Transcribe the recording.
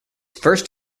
first